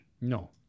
No